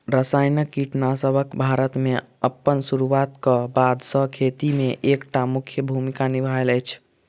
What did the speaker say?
रासायनिक कीटनासकसब भारत मे अप्पन सुरुआत क बाद सँ खेती मे एक टा मुख्य भूमिका निभायल अछि